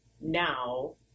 now